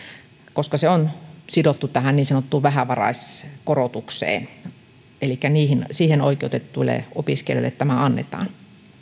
koska se on sidottu tähän niin sanottuun vähävaraiskorotukseen elikkä siihen oikeutetuille opiskelijoille tämä annetaan